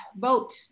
Vote